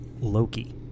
Loki